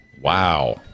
Wow